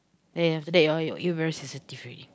then after that your your ear very sensitive already